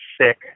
sick